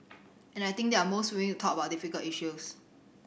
and I think they're most willing to talk about difficult issues